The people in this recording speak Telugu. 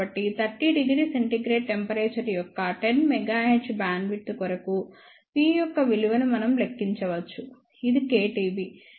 కాబట్టి 30° C టెంపరేచర్ యొక్క 10 MHz బ్యాండ్విడ్త్ కొరకు P యొక్క విలువను మనం లెక్కించవచ్చు ఇది KTB